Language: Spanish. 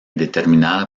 determinada